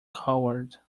coward